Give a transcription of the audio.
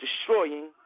Destroying